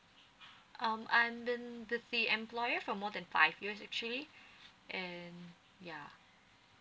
um I'm been with the employer for more than five years actually and yeah